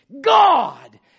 God